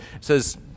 says